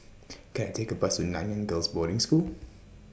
Can I Take A Bus to Nanyang Girls' Boarding School